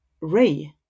ray